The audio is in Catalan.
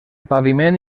paviment